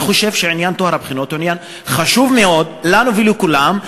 אני חושב שטוהר הבחינות הוא עניין חשוב מאוד לנו ולכולם,